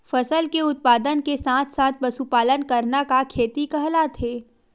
फसल के उत्पादन के साथ साथ पशुपालन करना का खेती कहलाथे?